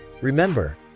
remember